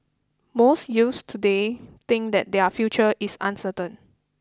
most youths today think that their future is uncertain